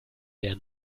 der